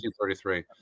1933